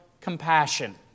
compassion